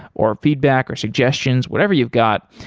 or feedback, or suggestions, whatever you've got.